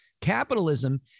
capitalism